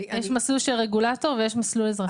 יש מסלול של רגולטור ויש מסלול אזרחי.